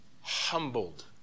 humbled